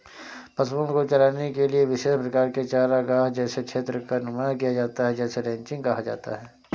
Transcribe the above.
पशुओं को चराने के लिए विशेष प्रकार के चारागाह जैसे क्षेत्र का निर्माण किया जाता है जिसे रैंचिंग कहा जाता है